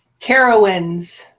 Carowinds